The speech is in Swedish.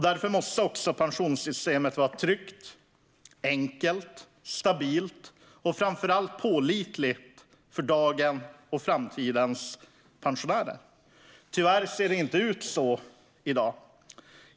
Därför måste också pensionssystemet vara tryggt, enkelt, stabilt och framför allt pålitligt för dagens och framtidens pensionärer. Tyvärr ser det inte ut så i dag.